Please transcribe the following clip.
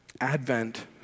Advent